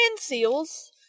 seals